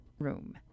Room